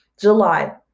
July